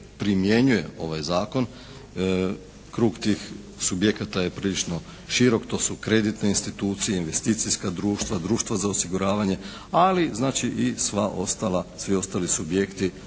primjenjuje ovaj zakon. Krug tih subjekata je prilično širok, to su kreditne institucije, investicijska društva, društva za osiguranje ali znači i svi ostali subjekti